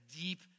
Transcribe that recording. deep